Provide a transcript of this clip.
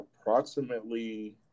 approximately